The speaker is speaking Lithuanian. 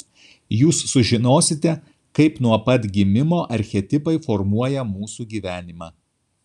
jūs sužinosite kaip nuo pat gimimo archetipai formuoja mūsų gyvenimą